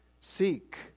seek